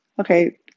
Okay